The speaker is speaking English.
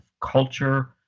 culture